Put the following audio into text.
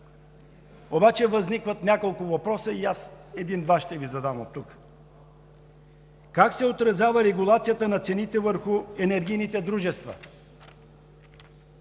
ЕСО. Възникват няколко въпроса и аз оттук ще Ви задам един-два. Как се отразява регулацията на цените върху енергийните дружества?